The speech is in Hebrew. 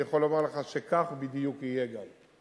אני יכול לומר לך שכך בדיוק יהיה גם,